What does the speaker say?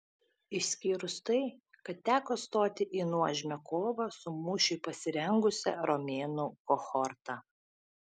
išskyrus tai kad teko stoti į nuožmią kovą su mūšiui pasirengusia romėnų kohorta